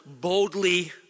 boldly